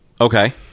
okay